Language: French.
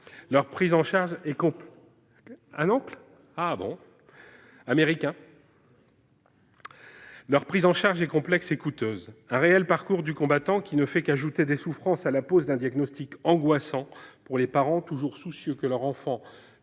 Leur prise en charge est complexe et coûteuse. C'est un réel parcours du combattant, qui ne fait qu'ajouter des souffrances à la pose d'un diagnostic angoissant pour les parents, toujours soucieux que leur enfant